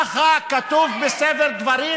ככה כתוב בספר דברים,